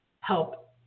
help